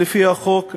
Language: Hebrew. לפי החוק,